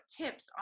tips